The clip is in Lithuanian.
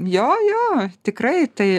jo jo tikrai tai